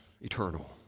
eternal